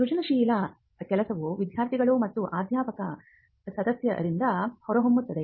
ಸೃಜನಶೀಲ ಕೆಲಸವು ವಿದ್ಯಾರ್ಥಿಗಳು ಮತ್ತು ಅಧ್ಯಾಪಕ ಸದಸ್ಯರಿಂದ ಹೊರಹೊಮ್ಮುತ್ತದೆ